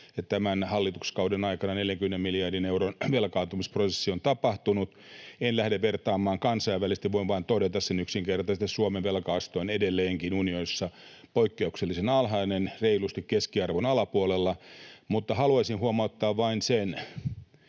tämän hallituskauden aikana 40 miljardin euron velkaantumisprosessi on tapahtunut. En lähde vertaamaan kansainvälisesti, voin vain todeta yksinkertaisesti sen, että Suomen velka-aste on edelleenkin unionissa poikkeuksellisen alhainen, reilusti keskiarvon alapuolella. Haluaisin huomauttaa vain sen,